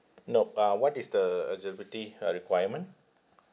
nope uh what is the eligibility uh requirement